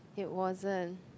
it wasn't